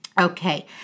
Okay